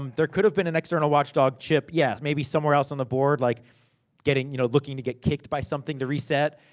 um there could've been an external watchdog chip, yeah. maybe somewhere else on the board. like looking you know looking to get kicked by something to reset.